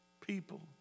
People